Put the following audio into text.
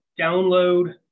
download